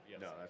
No